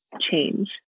change